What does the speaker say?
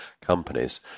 companies